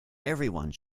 everyone